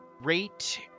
rate